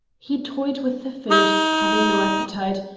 he toyed with the food, having no appetite,